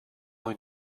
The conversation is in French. rue